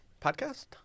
Podcast